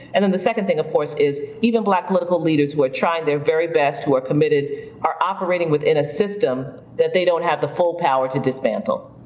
and then the second thing, of course, is even black political leaders who are trying their very best, who are committed, are operating within a system that they don't have the full power to dismantle.